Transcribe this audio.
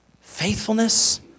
Faithfulness